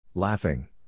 Laughing